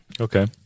Okay